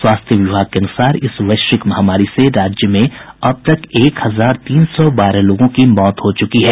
स्वास्थ्य विभाग के अनुसार इस वैश्विक महामारी से राज्य में अब तक एक हजार तीन सौ बारह लोगों की मौत हो चुकी है